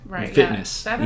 fitness